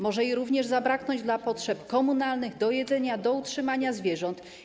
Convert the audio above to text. Może jej również zabraknąć dla potrzeb komunalnych, do jedzenia, do utrzymania zwierząt.